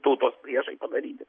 tautos priešai padaryti